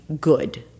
good